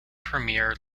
premier